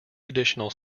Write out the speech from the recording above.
additional